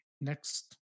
Next